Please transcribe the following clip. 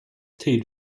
tid